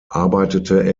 arbeitete